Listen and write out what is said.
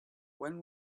when